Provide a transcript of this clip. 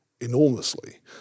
enormously